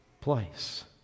place